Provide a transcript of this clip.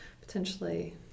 potentially